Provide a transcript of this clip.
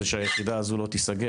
זה שהיחידה הזו לא תיסגר.